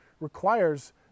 requires